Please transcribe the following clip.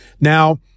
Now